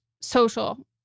social